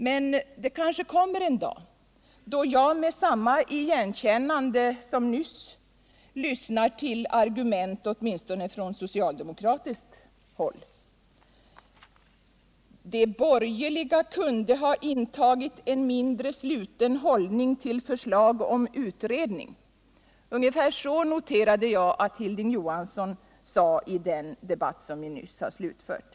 Men det kanske kommer en dag, då jag kan lyssna med samma igenkännande som jag nyss gjorde till argumentet från socialdemokratiskt håll: De borgerliga kunde ha intagit en mindre sluten hållning till förslag om utredning. Ungefär så noterade jag nämligen att Hilding Johansson sade i den debatt vi nyss har slutfört.